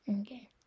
Okay